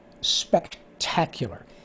spectacular